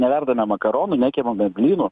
neverdame makaronų nekepam mes blynų